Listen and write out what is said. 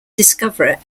discoverer